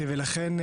ולכן,